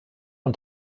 und